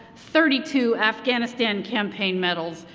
thirty two afghanistan campaign medals.